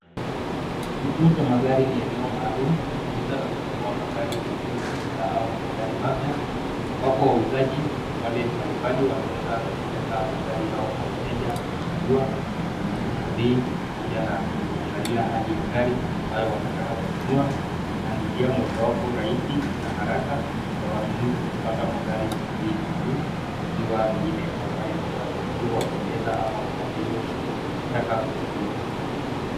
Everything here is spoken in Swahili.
Kituo cha magari ni eneo maalum ya kuuza na kununua magari yaliyotumika au magari mapya ambapo wauzaji wale mbalimbali wanaweza kuweka magari yao kwa mteja kuchagua, kulinganisha bei pamoja na kuangalia hali ya gari ambayo wanataka kununua na ni njia mojawapo rahisi na haraka ya wanunuzi kupata magari kwa bei nafuu, ikiwa ni ile ambayo iliyowapendeza ama waliyotaka kuchagua.